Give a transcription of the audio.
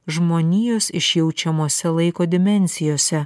žmonijos išjaučiamose laiko dimensijose